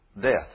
death